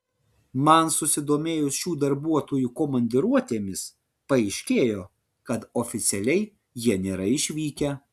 man susidomėjus šių darbuotojų komandiruotėmis paaiškėjo kad oficialiai jie nėra išvykę